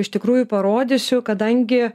iš tikrųjų parodysiu kadangi